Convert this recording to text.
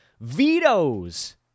vetoes